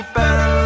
better